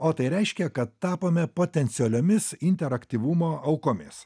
o tai reiškia kad tapome potencialiomis interaktyvumo aukomis